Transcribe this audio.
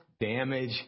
damage